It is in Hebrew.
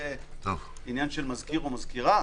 זה עניין של מזכיר או מזכירה?